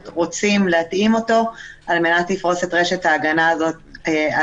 רוצים להתאים אותו על מנת לפרוס את רשת ההגנה הזו על